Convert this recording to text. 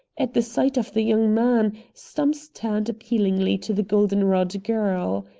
at the sight of the young man, stumps turned appealingly to the golden-rod girl.